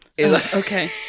Okay